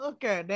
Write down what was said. Okay